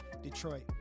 Detroit